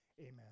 amen